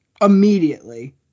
Immediately